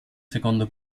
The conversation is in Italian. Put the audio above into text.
secondo